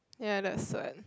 ya that's what